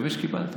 יבש קיבלת,